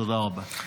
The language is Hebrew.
תודה רבה.